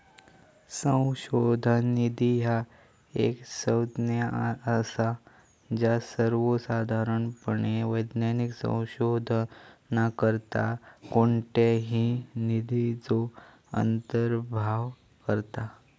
संशोधन निधी ह्या एक संज्ञा असा ज्या सर्वोसाधारणपणे वैज्ञानिक संशोधनाकरता कोणत्याही निधीचो अंतर्भाव करता